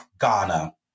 Ghana